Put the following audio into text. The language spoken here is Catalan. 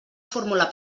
formular